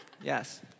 yes